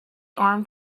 armed